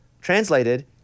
translated